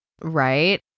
Right